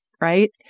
right